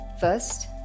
First